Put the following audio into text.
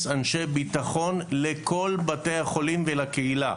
אנשי ביטחון לכל בתי החולים ולקהילה.